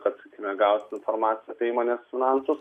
kad sakykime gauti informaciją apie įmonės finansus